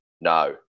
No